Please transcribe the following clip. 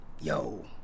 Yo